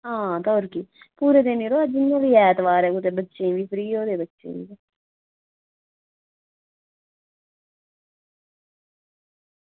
हां पूरा दिन यरो अज्ज इ'यां बी ऐतवार ऐ कुतै बच्चे बी फ्री होने बच्चे ते